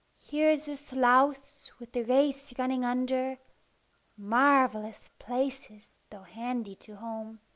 here is the sluice with the race running under marvellous places, though handy to home!